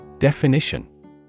Definition